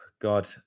God